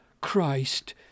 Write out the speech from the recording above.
Christ